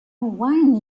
wine